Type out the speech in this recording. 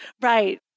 right